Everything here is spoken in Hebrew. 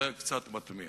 זה קצת מתמיה.